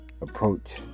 approach